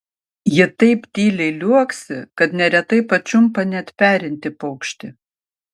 ji taip tyliai liuoksi kad neretai pačiumpa net perintį paukštį